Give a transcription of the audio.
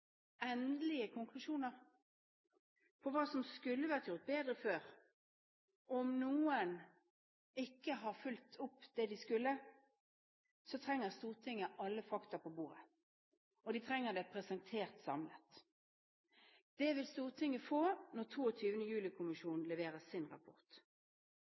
endelige konklusjoner om hva som skulle ha vært gjort bedre før, om noen ikke har fulgt opp det de skulle, trenger Stortinget alle fakta på bordet, og de trenger det presentert samlet. Det vil Stortinget få når 22. juli-kommisjonen leverer sin rapport.